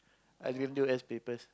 I didn't do S papers